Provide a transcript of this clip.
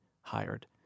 hired